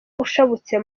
ushabutse